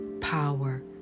power